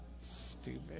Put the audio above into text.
stupid